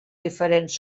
diferents